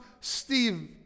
Steve